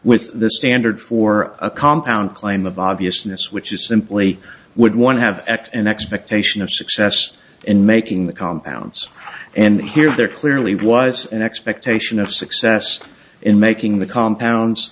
with the standard for a compound claim of obviousness which is simply would one have ect an expectation of success in making the compounds and here there clearly was an expectation of success in making the compounds